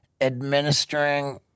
Administering